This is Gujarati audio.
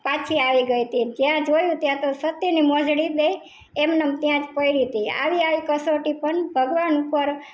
પાછી આવી ગઈ તેણે જયાં જોયું ત્યાંતો સતીની મોજડી બેય એમ નેમ ત્યાંજ પડી હતી આવી આવી કસોટી પણ ભગવાન ઉપર